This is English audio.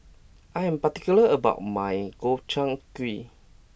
I am particular about my Gobchang Gui